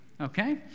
okay